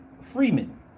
Freeman